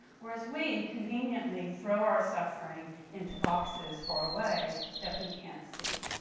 whereas we conveniently throw our suffering into boxes far away that we can't see.